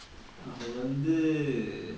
அது வந்து:athu vanthu